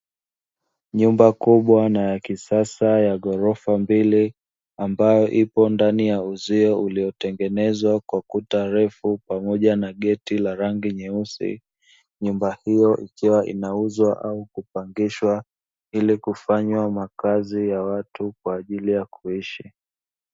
Nyumba kubwa na yakisasa ya ghorofa mbili ambayo ipo ndani ya uzio uliotengenezwa kwa kuta refu pamoja na geti la rangi nyeusi, nyumba hiyo ikiwa inauzwa au kupangisha ili kufanywa makazi ya watu kwa ajili ya kuishi.